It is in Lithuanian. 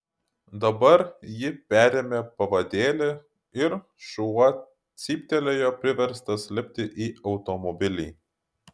dabar ji perėmė pavadėlį ir šuo cyptelėjo priverstas lipti į automobilį